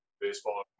baseball